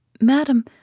Madam